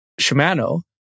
Shimano